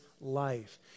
life